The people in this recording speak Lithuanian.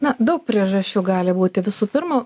na daug priežasčių gali būti visų pirma